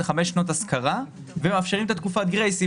זה חמש שנות השכרה ומאפשרים את התקופה גרייס אם